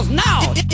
now